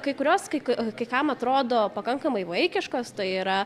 kai kurios kai k kai kam atrodo pakankamai vaikiškos tai yra